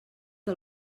que